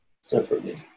separately